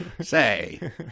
Say